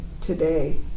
today